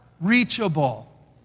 reachable